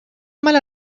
mala